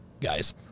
guys